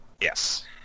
Yes